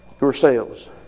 yourselves